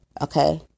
Okay